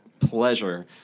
pleasure